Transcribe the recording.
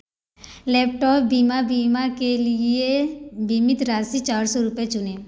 laptop बीमा बीमा के लिए बीमित राशि चार सौ रुपये चुनें